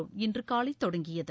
down இன்று காலை தொடங்கியது